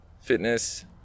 fitness